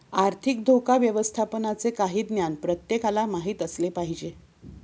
आर्थिक धोका व्यवस्थापनाचे काही ज्ञान प्रत्येकाला माहित असले पाहिजे